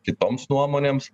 kitoms nuomonėms